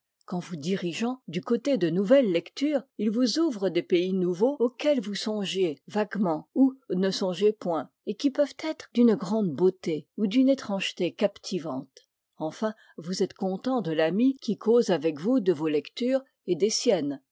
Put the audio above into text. qu'en vous dirigeant du côté de nouvelles lectures il vous ouvre des pays nouveaux auxquels vous songiez vaguement ou ne songiez point et qui peuvent être d'une grande beauté ou d'une étrangeté captivante enfin vous êtes content de l'ami qui cause avec vous de vos lectures et des